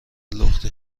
لختی